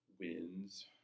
wins